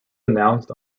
announced